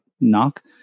knock